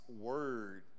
word